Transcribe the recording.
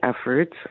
efforts